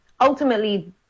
ultimately